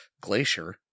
Glacier